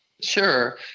Sure